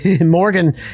Morgan